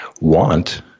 want